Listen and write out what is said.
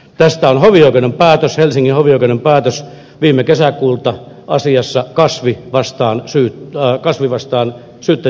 tästä on helsingin hovioikeuden päätös viime kesäkuulta asiassa syyttäjä vastaan ed